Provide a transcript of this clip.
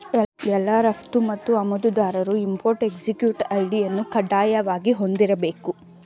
ಎಲ್ಲಾ ರಫ್ತು ಮತ್ತು ಆಮದುದಾರರು ಇಂಪೊರ್ಟ್ ಎಕ್ಸ್ಪೊರ್ಟ್ ಐ.ಡಿ ಅನ್ನು ಕಡ್ಡಾಯವಾಗಿ ಹೊಂದಿರಬೇಕು